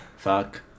Fuck